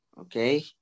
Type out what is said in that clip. okay